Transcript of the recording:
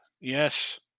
yes